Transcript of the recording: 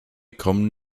kommen